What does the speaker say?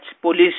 police